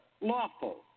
lawful